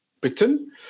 Britain